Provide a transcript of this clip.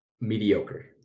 mediocre